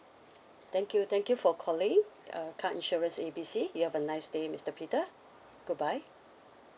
thank you thank you for calling uh car insurance A B C you have a nice day mister peter goodbye